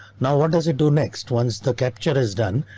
now what does it do next? once the capture is done,